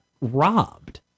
robbed